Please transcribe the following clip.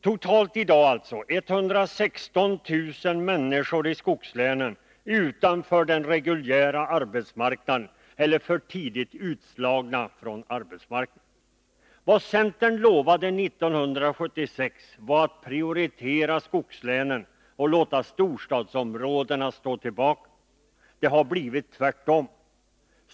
Totalt är alltså i dag 168 000 människor i skogslänen utanför den reguljära arbetsmarknaden eller för tidigt utslagna från arbetsmarknaden. Vad centern lovade 1976 var att prioritera skogslänen och låta storstadsområdena stå tillbaka. Det har blivit tvärtom.